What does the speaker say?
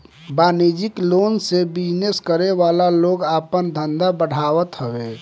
वाणिज्यिक लोन से बिजनेस करे वाला लोग आपन धंधा बढ़ावत हवे